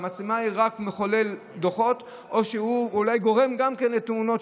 המצלמה רק מחוללת דוחות או אולי גם גורמת לתאונות,